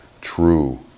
true